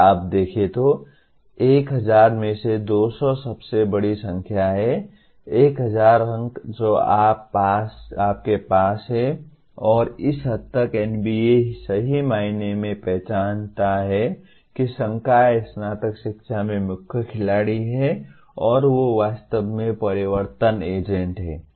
अगर आप देखें तो 1000 में से 200 सबसे बड़ी संख्या है 1000 अंक जो आपके पास हैं और इस हद तक NBA सही मायने में पहचानता है कि संकाय स्नातक शिक्षा में मुख्य खिलाड़ी हैं और वे वास्तव में परिवर्तन एजेंट हैं